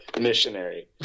missionary